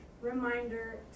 reminder